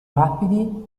rapidi